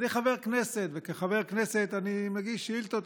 אני חבר כנסת, וכחבר כנסת אני מגיש שאילתות.